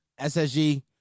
SSG